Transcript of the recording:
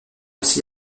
aussi